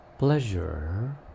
Pleasure